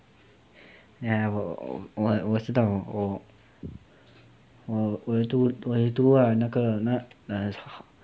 ya 我我知道我我有读我有读啊那个额